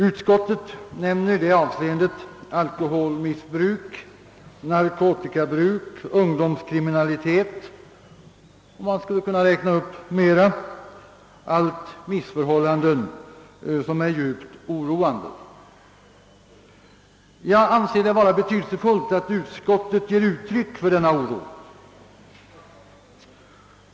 Utskottet nämner i det avseendet alkoholmissbruk, narkotikabruk och ungdomskriminalitet och man skulle kunna räkna upp mera, allt missförhållanden som är djupt oroande. Jag anser det vara betydelsefullt att utskottet ger uttryck för denna oro.